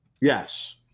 Yes